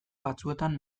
batzuetan